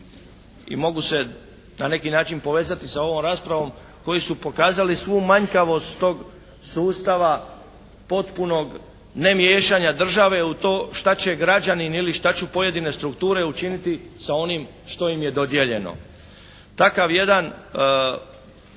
i mogu se na neki način povezati sa ovom raspravom, koji su pokazali svu manjkavost tog sustava potpunog nemiješanja države u to šta će građanin ili šta će pojedine strukture učiniti sa onim što im je dodijeljeno. Takav jedan